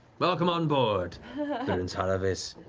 welcome on board the drensala vis.